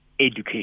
education